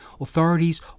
authorities